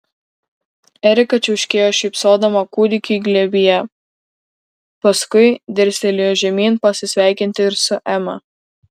erika čiauškėjo šypsodama kūdikiui glėbyje paskui dirstelėjo žemyn pasisveikinti ir su ema